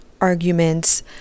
arguments